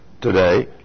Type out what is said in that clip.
today